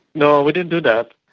no, we didn't do that.